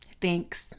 thanks